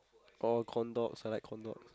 or corn dogs I like corn dogs